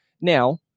Now